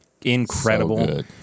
Incredible